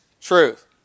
truth